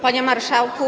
Panie Marszałku!